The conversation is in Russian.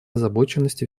озабоченности